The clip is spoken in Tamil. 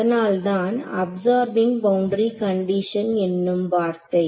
அதனால் தான் அப்சர்பிங் பவுண்டரி கண்டிஷன் என்னும் வார்த்தை